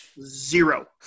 Zero